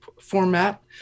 format